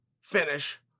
finish